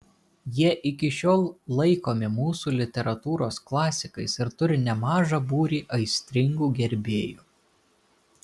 jie iki šiol laikomi mūsų literatūros klasikais ir turi nemažą būrį aistringų gerbėjų